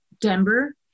Denver